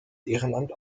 ehrenamt